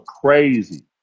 crazy